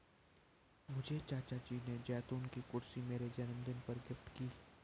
मुझे चाचा जी ने जैतून की कुर्सी मेरे जन्मदिन पर गिफ्ट की है